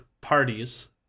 parties